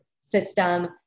system